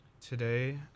Today